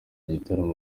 gitaramo